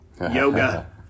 yoga